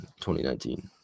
2019